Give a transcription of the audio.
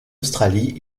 australie